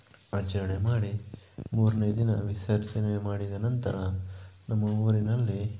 ಆಚರಣೆ ಮಾಡಿ ಮೂರನೇ ದಿನ ವಿಸರ್ಜನೆ ಮಾಡಿದ ನಂತರ ನಮ್ಮ ಊರಿನಲ್ಲಿ